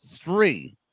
Three